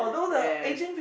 yes